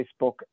Facebook